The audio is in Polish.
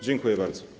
Dziękuję bardzo.